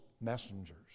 messengers